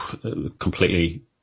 completely